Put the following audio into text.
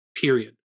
period